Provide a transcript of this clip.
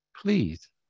Please